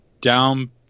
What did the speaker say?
down